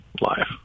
life